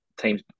teams